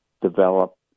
develop